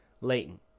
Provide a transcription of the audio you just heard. Leighton